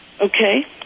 Okay